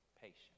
patience